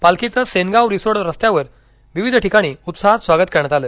पालखीचे सेनगाव रिसोड रस्त्यावर विविध ठिकाणी उत्साहात स्वागत करण्यात आले